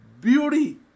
beauty